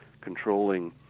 Controlling